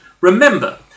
remember